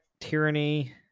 tyranny